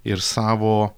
ir savo